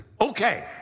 okay